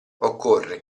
occorre